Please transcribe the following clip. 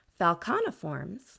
Falconiforms